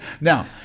now